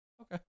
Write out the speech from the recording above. Okay